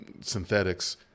synthetics